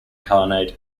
khanate